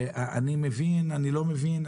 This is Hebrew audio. אני מבין או לא מבין,